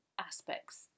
aspects